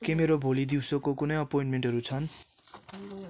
के मेरो भोलि दिउँसोको कुनै एपोइन्टमेन्टहरू छन्